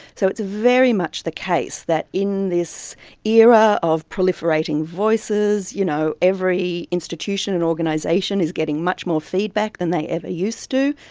so it's very much the case that in this era of proliferating voices, you know, every institution and organisation is getting much more feedback than they ever used to,